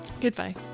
Goodbye